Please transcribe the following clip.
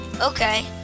Okay